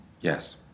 Yes